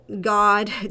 God